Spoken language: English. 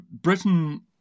Britain